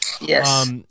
Yes